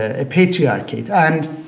a patriarchate, and